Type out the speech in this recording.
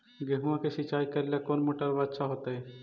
गेहुआ के सिंचाई करेला कौन मोटरबा अच्छा होतई?